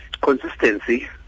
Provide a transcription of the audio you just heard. Consistency